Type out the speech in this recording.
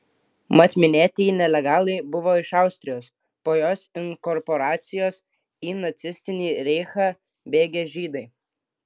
mat minėtieji nelegalai buvo iš austrijos po jos inkorporacijos į nacistinį reichą bėgę žydai